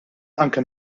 anke